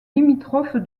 limitrophe